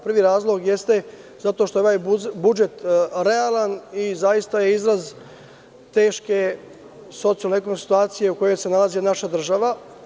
Prvi razlog jeste zato što je ovaj budžet realan i zaista je izraz teške socijalno-ekonomske situacije u kojoj se nalazi naša država.